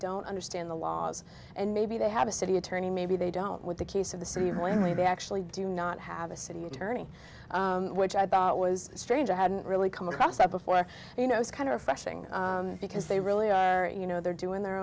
don't understand the laws and maybe they have a city attorney maybe they don't with the case of the city when really they actually do not have a city attorney which i bought was strange i hadn't really come across that before you know it's kind of a fresh thing because they really are you know they're doing their